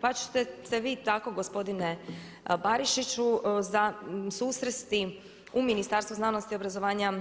Pa ćete se vi tako gospodine Barišiću susresti u Ministarstvu znanosti i obrazovanja